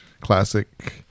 classic